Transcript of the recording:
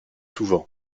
souvent